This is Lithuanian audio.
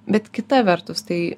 bet kita vertus tai